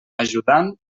ajudant